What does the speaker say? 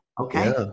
Okay